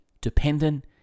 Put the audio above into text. Dependent